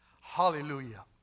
Hallelujah